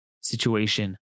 situation